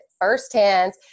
firsthand